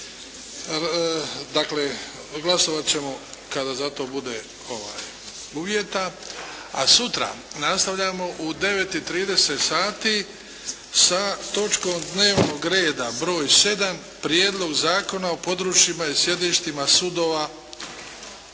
Dakle, glasovat ćemo kada za to bude uvjeta. A sutra nastavljamo u 9,30 sati sa točkom dnevnog reda broj 7. Prijedlog zakona o područjima i sjedištima sudova,